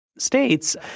States